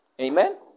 amen